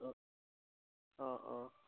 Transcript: অঁ অঁ অঁ অঁ